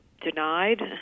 denied